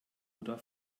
oder